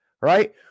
right